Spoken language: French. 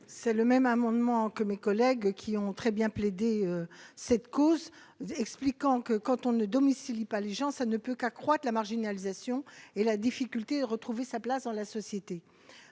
C'est le même amendement que mes collègues qui ont très bien plaider cette cause expliquant que quand on ne domicile ils pas les gens, ça ne peut qu'accroître la marginalisation et la difficulté à retrouver sa place dans la société,